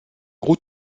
gros